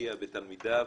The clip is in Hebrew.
ישקיע בתלמידיו,